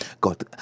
God